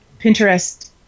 Pinterest